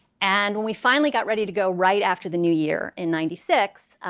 and when we finally got ready to go right after the new year in ninety six,